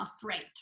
afraid